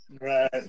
Right